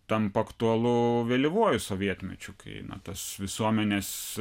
tampa aktualu vėlyvuoju sovietmečiu kai na tas visuomenės